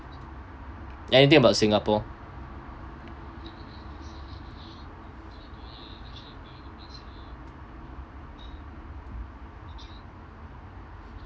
anything about singapore